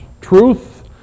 truth